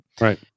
Right